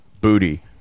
Booty